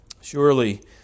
surely